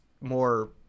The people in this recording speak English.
more